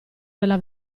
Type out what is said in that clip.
nella